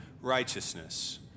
righteousness